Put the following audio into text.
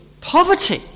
poverty